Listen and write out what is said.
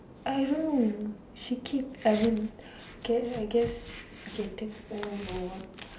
I don't know she keeps I mean guess I I guess I can take old lower